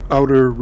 Outer